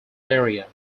area